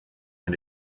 and